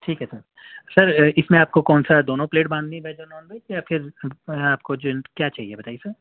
ٹھیک ہے sir sir اِس میں آپ کو کون سا دونوں پلیٹ باندھنی ہے ویج اور نان ویج یا پھر کچھ کیا چاہیے بتائیے سر